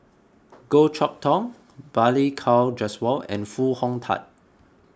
Goh Chok Tong Balli Kaur Jaswal and Foo Hong Tatt